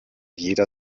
jeder